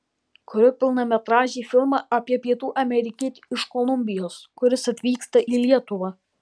kuriu pilnametražį filmą apie pietų amerikietį iš kolumbijos kuris atvyksta į lietuvą